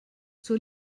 zur